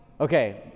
Okay